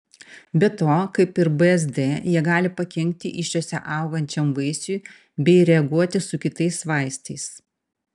be to kaip ir bzd jie gali pakenkti įsčiose augančiam vaisiui bei reaguoti su kitais vaistais